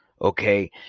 okay